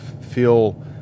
feel